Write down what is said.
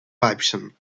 weibchen